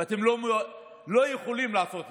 ואתם לא יכולים לעשות כלום.